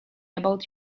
about